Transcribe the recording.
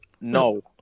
no